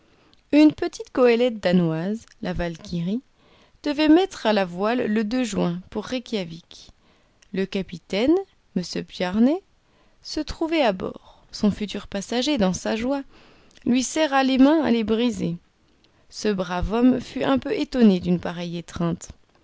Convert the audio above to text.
une petite goélette danoise la valkyrie devait mettre à la voile le juin pour reykjawik le capitaine m bjarne se trouvait à bord son futur passager dans sa joie lui serra les mains à les briser ce brave homme fut un peu étonné d'une pareille étreinte